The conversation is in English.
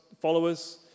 followers